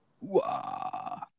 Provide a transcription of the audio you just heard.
Wow